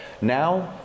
Now